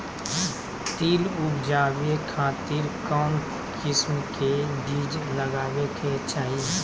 तिल उबजाबे खातिर कौन किस्म के बीज लगावे के चाही?